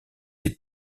des